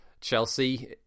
Chelsea